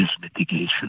mitigation